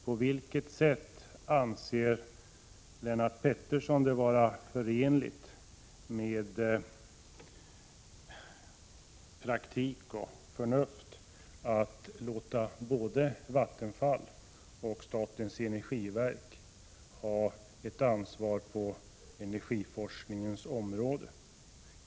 På vilket sätt anser Lennart Pettersson att det är förenligt med praktik och förnuft att låta både Vattenfall och statens energiverk ha ett ansvar på energiforskningens område?